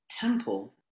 temple